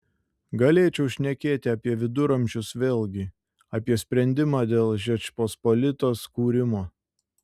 galėčiau šnekėti apie viduramžius vėlgi apie sprendimą dėl žečpospolitos kūrimo